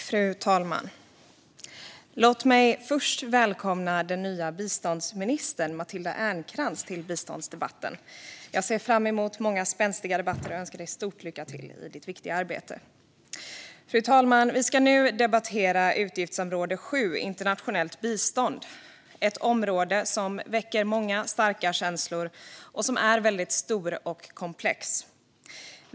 Fru talman! Låt mig först välkomna den nya biståndsministern, Matilda Ernkrans, till biståndsdebatten. Jag ser fram emot många spänstiga debatter och önskar ministern stort lycka till i sitt viktiga arbete. Fru talman! Vi ska nu debattera utgiftsområde 7 Internationellt bistånd. Detta är ett område som väcker många starka känslor och som är väldigt stort och komplext.